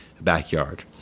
backyard